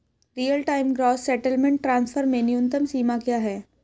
Real time gross settlement transfer में न्यूनतम सीमा क्या है?